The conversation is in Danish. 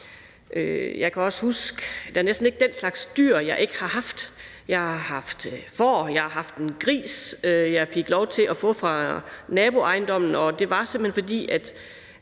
Jeg kan også huske, at der næsten ikke er den slags dyr, jeg ikke har haft. Jeg har haft får, jeg har haft en gris, jeg fik lov til at få fra naboejendommen, og det var, simpelt hen fordi